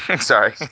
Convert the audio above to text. Sorry